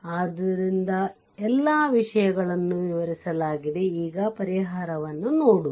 ಆದ್ದರಿಂದ ಎಲ್ಲ ವಿಷಯಗಳನ್ನು ವಿವರಿಸಲಾಗಿದೆ ಈಗ ಪರಿಹಾರವನ್ನು ನೋಡುವ